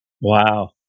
Wow